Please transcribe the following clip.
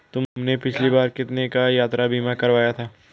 तुमने पिछली बार कितने का यात्रा बीमा करवाया था?